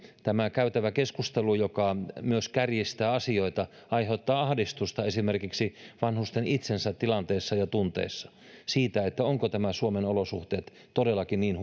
tämä käytävä keskustelu joka myös kärjistää asioita aiheuttaa ahdistusta esimerkiksi vanhusten itsensä tilanteessa ja tunteissa siitä ovatko nämä suomen olosuhteet todellakin niin